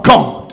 God